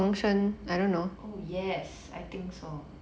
oh yes I think so